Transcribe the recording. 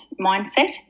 mindset